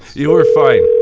you were fine.